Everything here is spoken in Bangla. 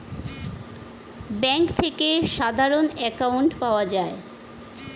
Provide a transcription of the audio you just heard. ব্যাঙ্ক থেকে সাধারণ অ্যাকাউন্ট পাওয়া যায়